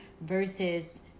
versus